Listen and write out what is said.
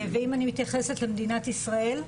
ואם אני מתייחסת למדינת ישראל,